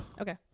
Okay